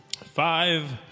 Five